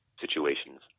situations